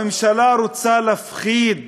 הממשלה רוצה להפחיד